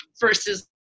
versus